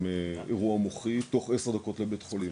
אירוע מוחי תוך עשר דקות לבית חולים,